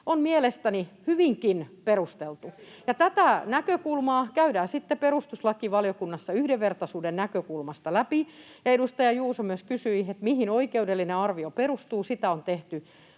Peltokankaan välihuuto] ja tätä näkökulmaa käydään sitten perustuslakivaliokunnassa yhdenvertaisuuden näkökulmasta läpi. Edustaja Juuso myös kysyi, mihin oikeudellinen arvio perustuu. Sitä on tehty